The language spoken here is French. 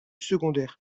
secondaire